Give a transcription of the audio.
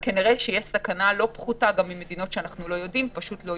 למרות שכנראה שיש סכנה לא פחותה ממדינות שאנחנו לא יודעים עליהן.